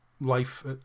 life